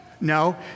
No